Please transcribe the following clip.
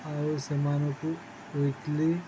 ଆଉ ସେମାନଙ୍କୁ ୱିକ୍ଲିି